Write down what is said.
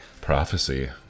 Prophecy